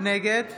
נגד